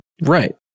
Right